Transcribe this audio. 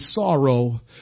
sorrow